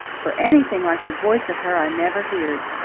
for anything like the voice of her i never heerd.